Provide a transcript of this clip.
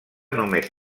només